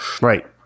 Right